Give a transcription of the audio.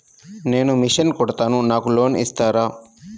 నేను మిషన్ కుడతాను నాకు లోన్ ఇస్తారా?